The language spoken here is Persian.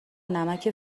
نمکه